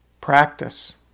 practice